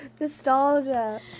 nostalgia